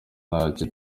ntacyo